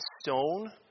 stone